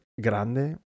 grande